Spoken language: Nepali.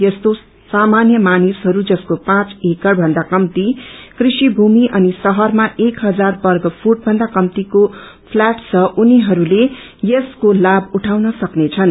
यस्तो सामान्य मानिसहरू जसको पाँच एकड़भन्दा कप्ती कृषि भूमि अनि शहरमा एक हजार वर्ग फूटभन्दा कम्तीको फ्ल्याट छ उनीहरूले यसको लाम उठाउन सक्नेछनु